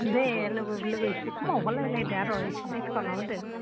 दे लोगोजों लोगो इसे खमाव होलायलायदो आरो इसे दिसकाउन्टाव होदो